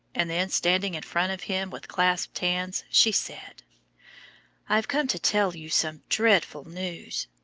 and then, standing in front of him with clasped hands, she said i've come to tell you some dreadful news.